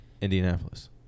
Indianapolis